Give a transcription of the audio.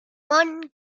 one